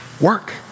work